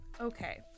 Okay